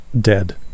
dead